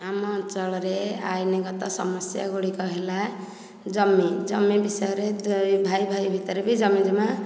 ଆମ ଅଞ୍ଚଳରେ ଆଇନଗତ ସମସ୍ୟା ଗୁଡ଼ିକ ହେଲା ଜମି ଜମି ବିଷୟ ରେ ଭାଇ ଭାଇ ଭିତରେ ବି ଜମି ଜମା